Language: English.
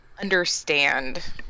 understand